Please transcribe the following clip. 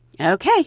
okay